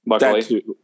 luckily